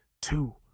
two